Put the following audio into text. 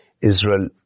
Israel